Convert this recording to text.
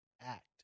act